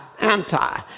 anti